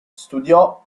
studiò